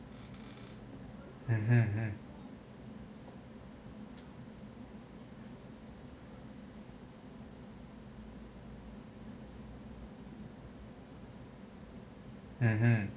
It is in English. mmhmm hmm mmhmm